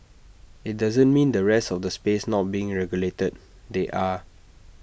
IT doesn't mean the rest of the space not being regulated they are